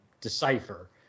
decipher